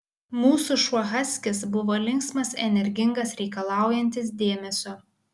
mūsų šuo haskis buvo linksmas energingas reikalaujantis dėmesio